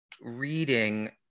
reading